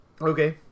Okay